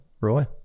Roy